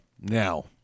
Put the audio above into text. Now